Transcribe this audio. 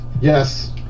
yes